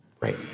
Right